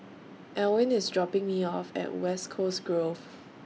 Elwin IS dropping Me off At West Coast Grove